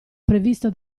previsto